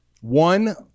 one